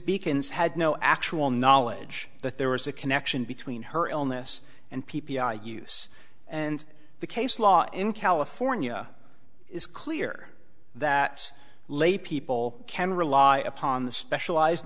beacon's had no actual knowledge that there was a connection between her illness and p p i use and the case law in california is clear that laypeople can rely upon the specialized